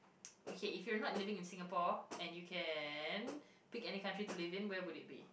okay if you're not living in Singapore and you can pick any country to live in where would it be